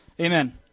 Amen